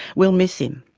we'll miss him.